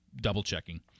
double-checking